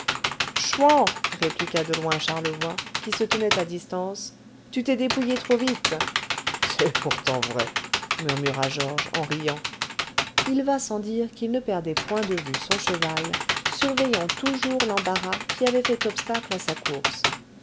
chouan répliqua de loin charlevoy qui se tenait à distance tu t'es dépouillé trop vite c'est pourtant vrai murmura georges en riant il va sans dire qu'il ne perdait point de vue son cheval surveillant toujours l'embarras qui avait fait obstacle à sa course